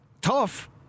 tough